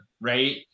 right